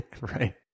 right